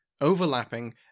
overlapping